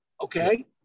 Okay